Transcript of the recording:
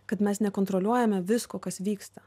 kad mes nekontroliuojame visko kas vyksta